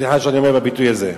סליחה שאני אומר את הביטוי הזה.